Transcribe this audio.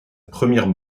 première